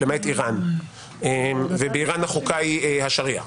למעט איראן ובאיראן החוקה היא השריעה,